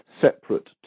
separate